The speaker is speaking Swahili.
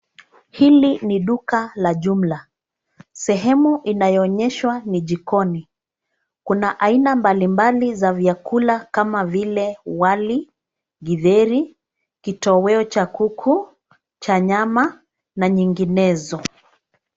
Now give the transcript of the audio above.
Hili ni duka la jumla. Sehemu inayoonyeshwa ni jikoni. Kuna aina mbalimbali za vyakula kama vile wali, githeri, kitoweo cha kuku, cha nyama na nyinginezo.